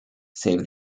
save